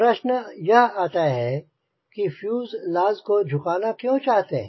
प्रश्न यह आता है कि आप फ्यूजलाज़ को झुकाना क्यों चाहते हैं